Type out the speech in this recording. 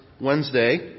Wednesday